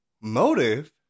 motive